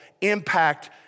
impact